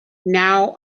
now